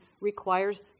requires